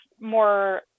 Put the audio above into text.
more